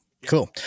Cool